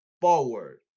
forward